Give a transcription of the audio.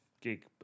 gig